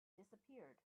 disappeared